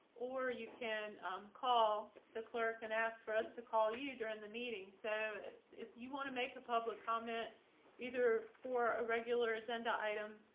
or you can call the clerk and ask for us to call you during the meeting. so if you want to make a public comment either for a regular agenda item,